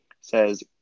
says